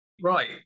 Right